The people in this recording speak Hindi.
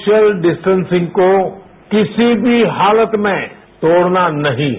सोशल डिस्टॅसिंग को किसी भी हालत में तोड़ना नहीं है